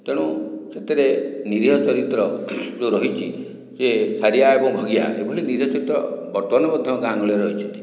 ତେଣୁ ସେଥିରେ ନିରୀହ ଚରିତ୍ର ଯୋଉ ରହିଛି ଯେ ସାରିଆ ଏବଂ ଭଗିଆ ଏଭଳି ନିରୀହ ଚରିତ୍ର ବର୍ତ୍ତମାନ ମଧ୍ୟ ଗାଁ ଗହଳିରେ ରହିଛନ୍ତି